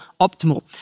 optimal